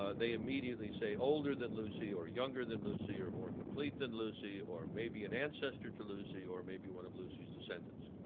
ah they immediately say older than lucy, or younger than lucy, or more complete than lucy, or maybe an ancestor to lucy, or maybe one of lucy's descendants.